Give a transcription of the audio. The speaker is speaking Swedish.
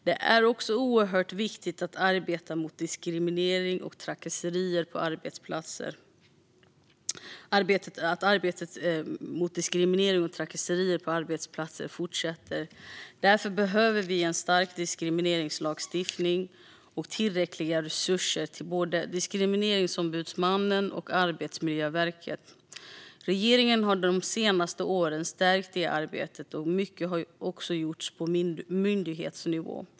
Det är också oerhört viktigt att arbetet mot diskriminering och trakasserier på arbetsplatser fortsätter. Därför behöver vi en stark diskrimineringslagstiftning och tillräckliga resurser till både Diskrimineringsombudsmannen och Arbetsmiljöverket. Regeringen har de senaste åren stärkt detta arbete, och mycket har också gjorts på myndighetsnivå.